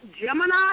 Gemini